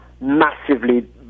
massively